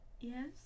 Yes